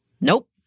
Nope